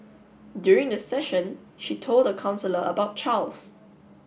during the session she told the counsellor about Charles